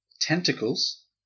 tentacles